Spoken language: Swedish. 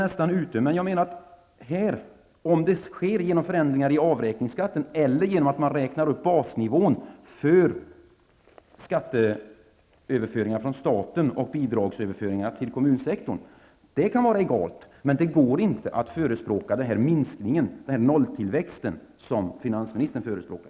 Om man förändrar avräkningsskatten eller räknar upp basnivån för skatteöverföringar från staten och bidragsöverföringar till kommunsektorn kan vara egalt. Men det går inte att förespråka den minskning, den nolltillväxt, som finansministern förespråkar.